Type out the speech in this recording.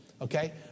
Okay